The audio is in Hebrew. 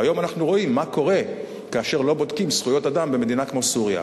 והיום אנחנו רואים מה קורה כאשר לא בודקים זכויות אדם במדינה כמו סוריה.